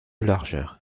largeur